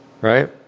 Right